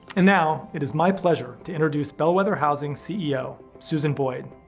and now, it is my pleasure to introduce bellwether housing ceo, susan boyd.